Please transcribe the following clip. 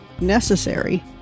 necessary